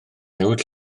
newid